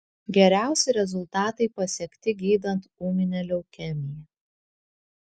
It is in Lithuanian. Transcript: geriausi rezultatai pasiekti gydant ūminę leukemiją